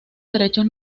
derechos